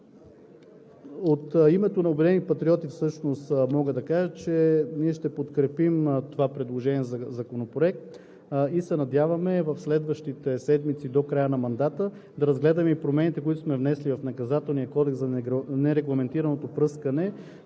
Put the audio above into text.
От името на „Обединени патриоти“ всъщност мога да кажа, че ние ще подкрепим това предложение за Законопроект и се надяваме в следващите седмици до края на мандата да разгледаме и промените, които сме внесли в Наказателния кодекс за нерегламентираното пръскане